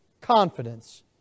confidence